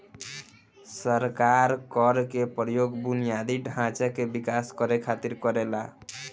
सरकार कर के प्रयोग बुनियादी ढांचा के विकास करे खातिर करेला